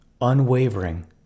unwavering